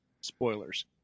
spoilers